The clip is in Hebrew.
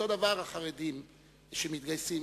אותו דבר החרדים שמתגייסים.